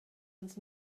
ins